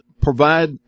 provide